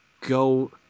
go